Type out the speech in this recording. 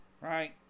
right